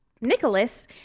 nicholas